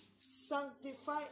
Sanctify